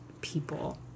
people